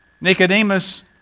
Nicodemus